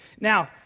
Now